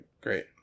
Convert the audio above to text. great